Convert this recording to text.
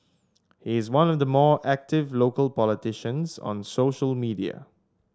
he is one of the more active local politicians on social media